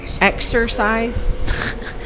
Exercise